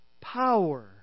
Power